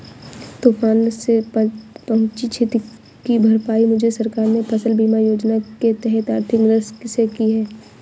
तूफान से पहुंची क्षति की भरपाई मुझे सरकार ने फसल बीमा योजना के तहत आर्थिक मदद से की है